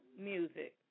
music